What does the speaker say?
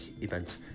event